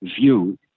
view